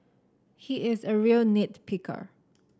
he is a real nit picker